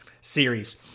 series